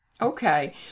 Okay